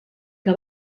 que